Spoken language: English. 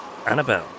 Annabelle